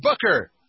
Booker